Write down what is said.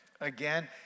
again